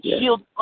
shield